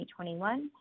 2021